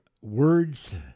words